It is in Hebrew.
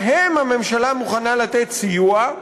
להם הממשלה מוכנה לתת סיוע,